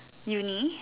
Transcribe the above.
uni